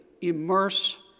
immerse